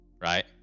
right